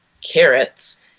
carrots